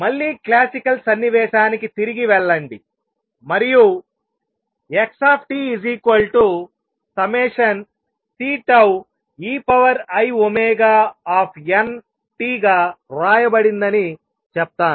మళ్ళీ క్లాసికల్ సన్నివేశానికి తిరిగి వెళ్లండి మరియు x ∑Ceiωnt గా వ్రాయబడిందని చెప్తాను